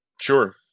sure